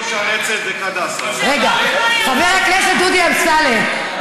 חבר הכנסת דודי אמסלם,